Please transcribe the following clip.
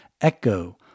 echo